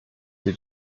sie